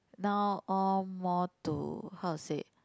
now all more to how to say